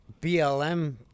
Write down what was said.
BLM